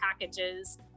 packages